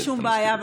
אין שום בעיה.